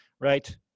right